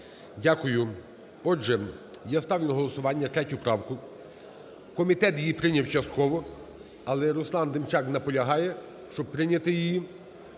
Дякую. Отже, я ставлю на голосування 3 правку. Комітет її прийняв частково, але Руслан Демчак наполягає, щоб прийняти її